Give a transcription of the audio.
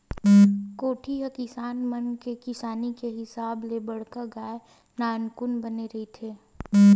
कोठी ह किसान मन के किसानी के हिसाब ले बड़का या नानकुन बने रहिथे